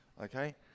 Okay